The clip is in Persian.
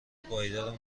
پایدار